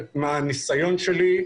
מהניסיון שלי,